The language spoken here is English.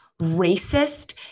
racist